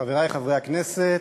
תודה, חברי חברי הכנסת,